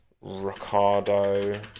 Ricardo